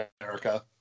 America